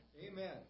Amen